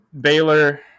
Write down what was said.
Baylor